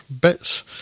bits